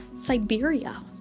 Siberia